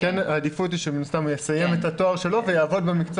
העדיפות היא שהוא יסיים את התואר שלו ויעבוד במקצוע